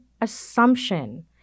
assumption